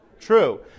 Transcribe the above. True